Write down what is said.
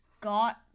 got